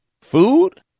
Food